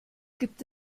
gibt